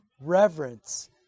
reverence